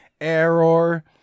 Error